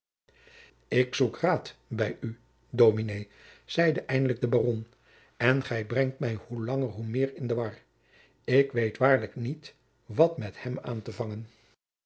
ik zoek raad bij u dominé zeide eindelijk de baron en gij brengt mij hoe langer hoe meer in de war ik weet waarlijk niet wat met hem aan te vangen